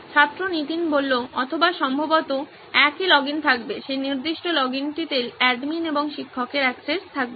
ছাত্র নীতিন অথবা সম্ভবত একই লগইন থাকবে সেই নির্দিষ্ট লগইনটিতে অ্যাডমিন এবং শিক্ষকের অ্যাক্সেস থাকবে